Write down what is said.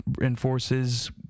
enforces